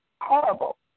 horrible